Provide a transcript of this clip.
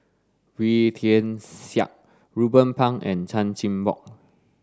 Wee Tian Siak Ruben Pang and Chan Chin Bock